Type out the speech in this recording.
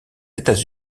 états